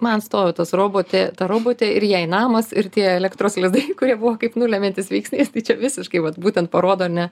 man stovi tas robotė ta robotė ir jai namas ir tie elektros lizdai kurie buvo kaip nulemiantis veiksnys tai čia visiškai vat būtent parodo ar ne